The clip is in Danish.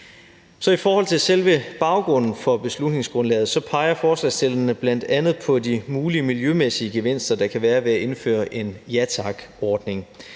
I forhold til selve baggrunden for beslutningsgrundlaget peger forslagsstillerne bl.a. på de mulige miljømæssige gevinster, der kan være ved at indføre en Ja Tak-ordning.